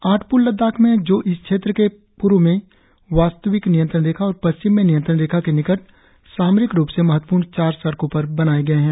आठ प्ल लद्दाख में हैं जो इस क्षेत्र के पूर्व में वास्तविक नियंत्रण रेखा और पश्चिम में नियंत्रण रेखा के निकट सामरिक रूप से महत्वपूर्ण चार सडकों पर बनाये गए हैं